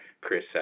Chris